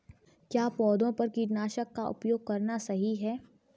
क्या पौधों पर कीटनाशक का उपयोग करना सही है?